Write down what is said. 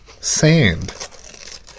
sand